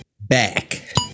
back